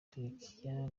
turikiya